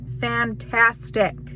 Fantastic